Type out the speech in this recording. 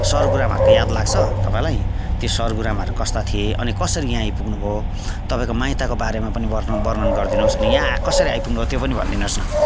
sir गुरुआमाहरूको याद लाग्छ तपाईँलाई ती सर गुरुआमाहरू कस्ता थिए अनि कसरी यहाँ आइपुग्नु भयो तपाईँको माइतको बारेमा पनि वर्ण वर्णन गरिदिनु होस् अनि यहाँ कसरी आइपुग्नु भयो त्यो पनि भनिदिनु होस् न